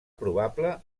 probable